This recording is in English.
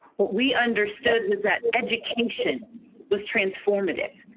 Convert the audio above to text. what we understood was that education was transformative.